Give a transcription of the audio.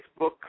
Facebook